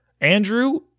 Andrew